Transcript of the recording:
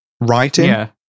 writing